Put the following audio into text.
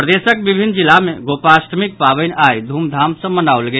प्रदेशक विभिन्न जिला मे गोपाष्टमीक पावनि आइ धूमधाम सॅ मनाओल गेल